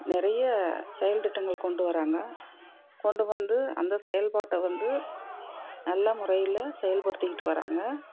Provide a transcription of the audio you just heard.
நிறைய செயல் திட்டங்கள் கொண்டு வர்றாங்க கொண்டு வந்து அந்த செயல்பாட்டை வந்து நல்ல முறையில் செயல்படுத்திட்டு வர்றாங்க